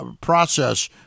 process